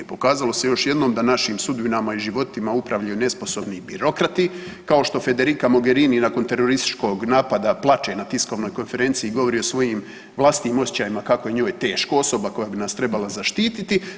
Pokazalo se još jednom da našim sudbinama i životima upravljaju nesposobni birokrati, kao što Federica Mogherini nakon terorističkog napada plače na tiskovnoj konferenciji i govori o svojim vlastitim osjećajima kako je njoj teško, osoba koja bi nas trebala zaštiti.